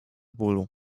bólu